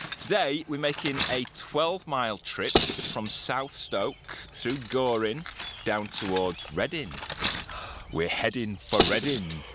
today we're making a twelve mile trip from south stoke, through goring down towards reading we're heading for reading.